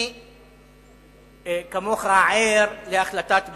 אני כמוך ער להחלטת בג"ץ,